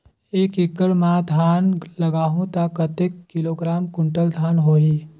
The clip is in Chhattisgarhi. एक एकड़ मां धान लगाहु ता कतेक किलोग्राम कुंटल धान होही?